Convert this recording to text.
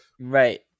right